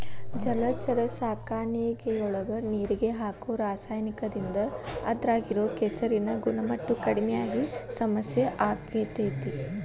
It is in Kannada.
ಜಲಚರ ಸಾಕಾಣಿಕೆಯೊಳಗ ನೇರಿಗೆ ಹಾಕೋ ರಾಸಾಯನಿಕದಿಂದ ಅದ್ರಾಗ ಇರೋ ಕೆಸರಿನ ಗುಣಮಟ್ಟ ಕಡಿಮಿ ಆಗಿ ಸಮಸ್ಯೆ ಆಗ್ತೇತಿ